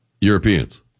Europeans